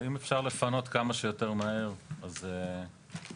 אם אפשר לפנות כמה שיותר מהר אז מה טוב.